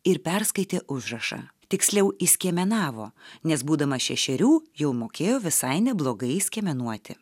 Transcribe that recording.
ir perskaitė užrašą tiksliau išskiemenavo nes būdamas šešerių jau mokėjo visai neblogai skiemenuoti